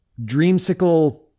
dreamsicle